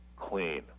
clean